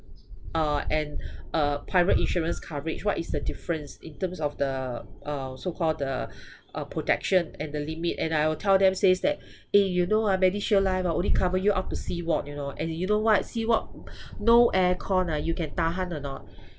uh and private insurance coverage what is the difference in terms of the uh so called the uh protection and the limit and I will tell them says that eh you know ah medishield life ah only cover you up to C ward you know and then you know what C ward no aircon ah you can tahan or not